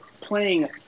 playing